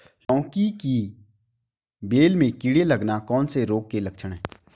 लौकी की बेल में कीड़े लगना कौन से रोग के लक्षण हैं?